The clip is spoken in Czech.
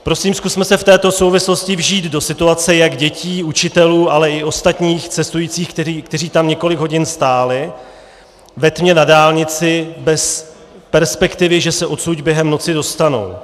Prosím zkusme se v této situaci vžít do situace jak dětí, učitelů, ale i ostatních cestujících, kteří tam několik hodin stáli ve tmě na dálnici bez perspektivy, že se odsud během noci dostanou.